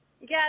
Yes